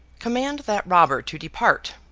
command that robber to depart